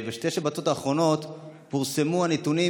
בשתי השבתות האחרונות פורסמו הנתונים